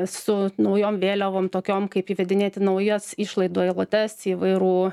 su naujom vėliavom tokiom kaip įvedinėti naujas išlaidų eilutes įvairų